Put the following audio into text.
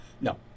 No